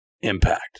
impact